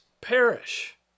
perish